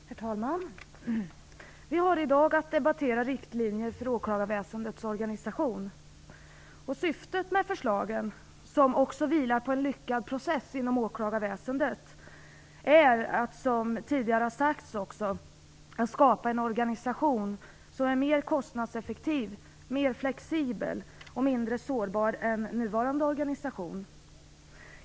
Herr talman! Vi har i dag att debattera riktlinjer för åklagarväsendets organisation. Syftet med förslagen, som vilar på en lyckad process inom åklagarväsendet, är som tidigare har sagts att skapa en organisation som är mer kostnadseffektiv, mer flexibel och mindre sårbar än nuvarande organisation.